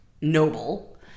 noble